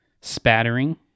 spattering